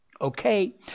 Okay